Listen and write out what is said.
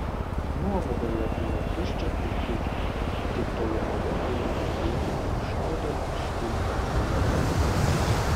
nuovadoje buvo tuščia ir tylu tik tolumoje buvo girdėti kaip šaudo ir švilpia fejerverkai